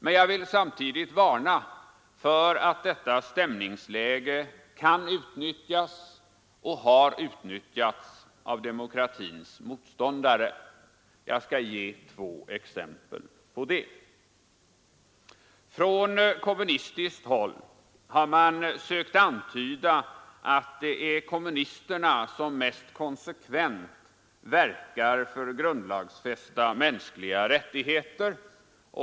Men jag vill samtidigt varna för att detta stämningsläge kan utnyttjas och har utnyttjats av demokratins motståndare. Jag skall ge två exempel på det. Från kommunistiskt håll har man sökt antyda att det är kommunisterna som mest konsekvent verkar för grundlagsfästa mänskliga rättigheter.